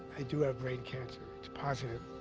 i do have brain cancer. it's positive.